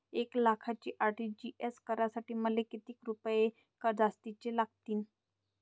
एक लाखाचे आर.टी.जी.एस करासाठी मले कितीक रुपये जास्तीचे लागतीनं?